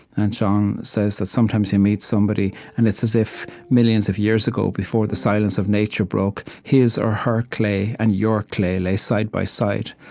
and john says that sometimes you meet somebody, and it's as if, millions of years ago, before the silence of nature broke, his or her clay and your clay lay side-by-side.